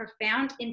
profound